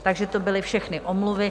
Takže to byly všechny omluvy.